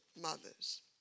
mothers